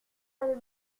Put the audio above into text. avez